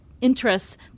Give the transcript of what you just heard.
interests